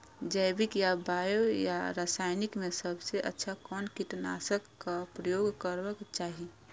जैविक या बायो या रासायनिक में सबसँ अच्छा कोन कीटनाशक क प्रयोग करबाक चाही?